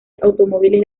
automóviles